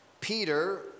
Peter